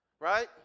Right